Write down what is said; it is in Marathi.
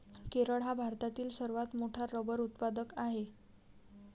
केरळ हा भारतातील सर्वात मोठा रबर उत्पादक आहे